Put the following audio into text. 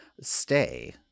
Stay